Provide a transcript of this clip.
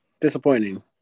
Disappointing